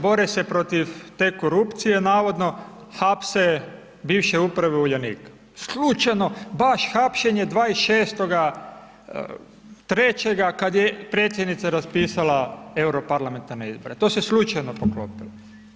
Bore se protiv te korupcije navodno, hapse bivše uprave Uljanika, slučajno baš hapšenje 26.3., kad je predsjednica raspisala euro parlamentarne izbore, to se slučajno poklopilo.